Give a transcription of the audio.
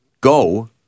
go